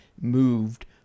moved